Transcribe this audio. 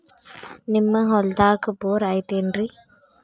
ನಿಮ್ಮ ಹೊಲ್ದಾಗ ಬೋರ್ ಐತೇನ್ರಿ?